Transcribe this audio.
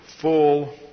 full